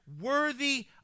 worthy